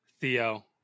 Theo